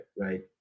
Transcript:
right